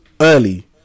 early